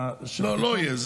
לא, לא יהיה.